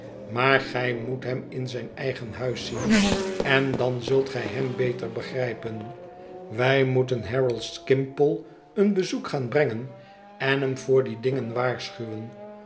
maar gij moet hem in zijn eigen huis zien en dan zult gij hem beter begrijpen wij moeten harold skimpole een bezoek gaan brengen en hem voor die dingen waarschuwen